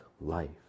life